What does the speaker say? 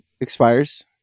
expires